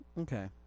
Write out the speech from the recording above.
Okay